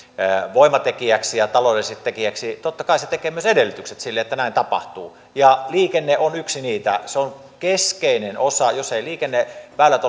voimatekijäksi ja taloudelliseksi tekijäksi totta kai se tekee myös edellytykset sille että näin tapahtuu liikenne on yksi niitä se on keskeinen osa jos eivät liikenneväylät